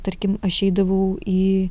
tarkim aš eidavau į